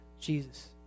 Jesus